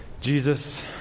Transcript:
Jesus